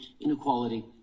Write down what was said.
inequality